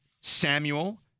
Samuel